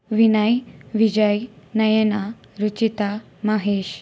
Vinay Vijay Nayana Ruchita Mahesh